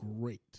great